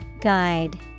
Guide